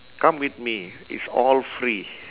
come with me it's all free